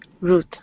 Ruth